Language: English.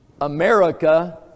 America